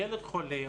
ילד חולה,